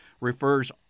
refers